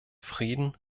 frieden